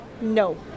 No